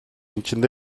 içinde